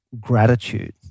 gratitude